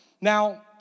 Now